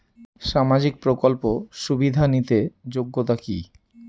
সামাজিক প্রকল্প সুবিধা নিতে যোগ্যতা কি?